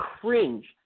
cringe